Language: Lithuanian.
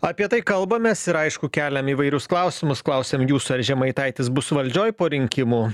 apie tai kalbamės ir aišku keliam įvairius klausimus klausiam jūsų ar žemaitaitis bus valdžioj po rinkimų